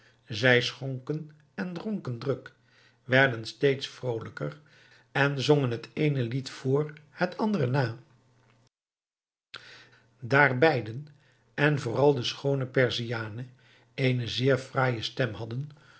zij schonken en dronken druk werden steeds vrolijker en zongen het eene lied voor het andere na daar beiden en vooral de schoone perziane eene zeer fraaie stem hadden